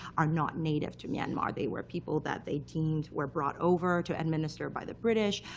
are not native to myanmar. they were people that they deemed were brought over to administer by the british.